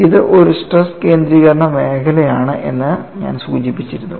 ഇത് ഒരു സ്ട്രെസ് കേന്ദ്രീകരണ മേഖലയിലാണ് എന്ന് ഞാൻ സൂചിപ്പിച്ചിരുന്നു